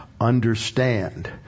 understand